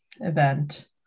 event